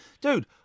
dude